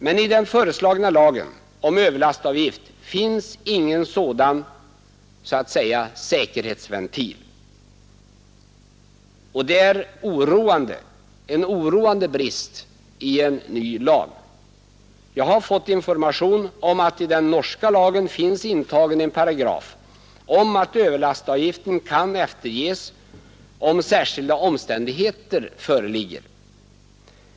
Men i den föreslagna lagen om överlastavgift finns ingen sådan ”säkerhetsventil”. Detta är en oroande brist i en ny lag. Jag har fått information om att i den norska lagen finns intagen en paragraf om att överlastavgiften kan eftergivas om särskilda omständigheter föreligger.